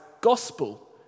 gospel